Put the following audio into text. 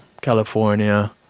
California